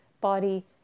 body